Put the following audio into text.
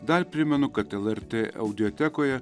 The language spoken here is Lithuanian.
dar primenu kad lrt audiotekoje